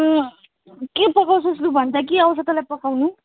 के पकाउँछस् भन् त लु के आउँछ तँलाई पकाउनु